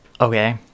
okay